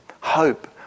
hope